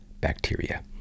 bacteria